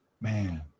man